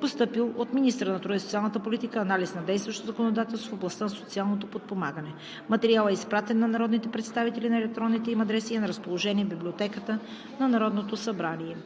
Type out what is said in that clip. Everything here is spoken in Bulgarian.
е постъпил от министъра на труда и социалната политика анализ на действащото законодателство в областта на социалното подпомагане. Материалът е изпратен на народните представители на електронните им адреси и е на разположение в Библиотеката на Народното събрание.